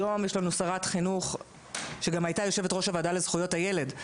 היום יש לנו שרת חינוך שגם הייתה יושבת-ראש הוועדה לזכויות הילד,